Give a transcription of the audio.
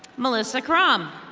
melissa croft. um